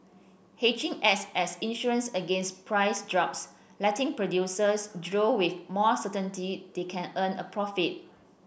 hedging acts as insurance against price drops letting producers drill with more certainty they can earn a profit